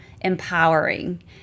empowering